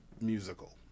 musical